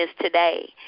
today